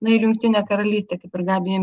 na ir jungtinė karalystė kaip ir gabija